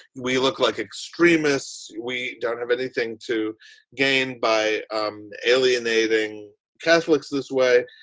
we look like extremists. we don't have anything to gain by um alienating catholics this way.